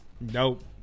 Nope